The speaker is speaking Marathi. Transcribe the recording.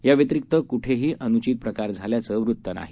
याव्यतिरिक्तकुठहीअनुचितप्रकारझाल्याचंवृत्तनाही